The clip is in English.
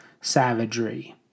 savagery